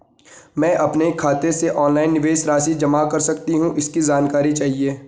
मैं अपने खाते से ऑनलाइन निवेश राशि जमा कर सकती हूँ इसकी जानकारी चाहिए?